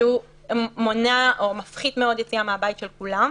שהוא מונע או מפחית מאוד יציאה מהבית של כולם,